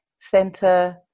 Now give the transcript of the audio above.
center